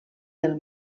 del